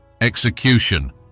execution